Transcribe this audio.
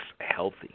healthy